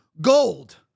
gold